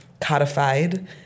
codified